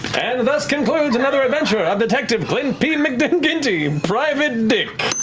thus concludes another adventure of detective clint p. mcginty, private dick.